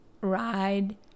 ride